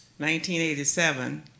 1987